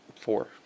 Four